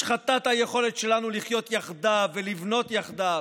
השחתת היכולת שלנו לחיות יחדיו ולבנות יחדיו.